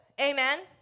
Amen